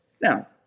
Now